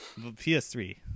ps3